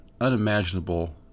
unimaginable